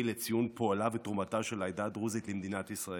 לציון פועלה ותרומתה של העדה הדרוזית למדינת ישראל.